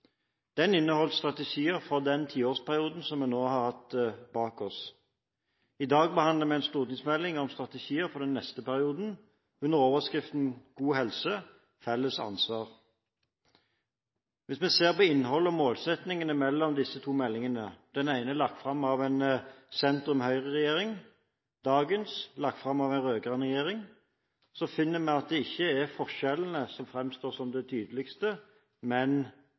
Den inneholdt strategier for den tiårsperioden vi nå har lagt bak oss. I dag behandler vi en stortingsmelding om strategier for den neste perioden, under overskriften «God helse – felles ansvar». Hvis vi ser på innholdet og målsettingene i disse to meldingene – den ene lagt fram av en sentrum–Høyre-regjering og dagens, lagt fram av en rød-grønn regjering – finner vi at det ikke er forskjellene som framstår som det tydeligste, men